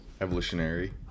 evolutionary